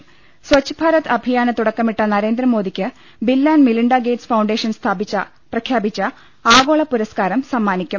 സച്ഛ്ഭാരത് അഭിയാന് തുടക്കമിട്ട നരേന്ദ്രമോദിക്ക് bill and Melinda Gates ഫൌണ്ടേ ഷൻ പ്രഖ്യാപിച്ച ആഗോള പുരസ്കാരം സമ്മാനിക്കും